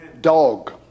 Dog